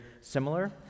similar